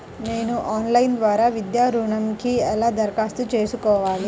నేను ఆన్లైన్ ద్వారా విద్యా ఋణంకి ఎలా దరఖాస్తు చేసుకోవాలి?